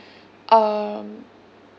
um